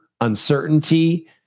uncertainty